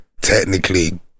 technically